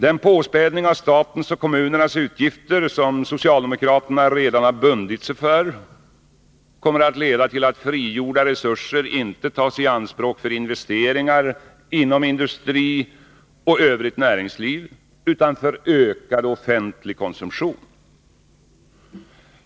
Den påspädning av statens och kommunernas utgifter som socialdemokraterna redan har bundit sig för kommer att leda till att frigjorda resurser inte tas i anspråk för investeringar inom industri och övrigt näringsliv utan för ökad offentlig konsumtion.